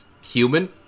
human